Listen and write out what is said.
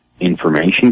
information